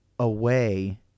Away